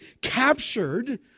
captured